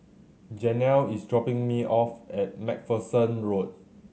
Janel is dropping me off at Macpherson Road